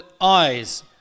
eyes